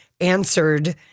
answered